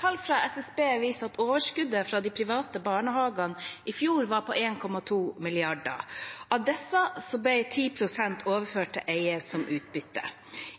Tall fra SSB viser at overskuddet fra de private barnehagene i fjor var på 1,2 mrd. kr. Av disse ble 10 pst. overført til eiers utbytte.